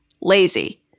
lazy